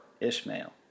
Ishmael